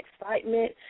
excitement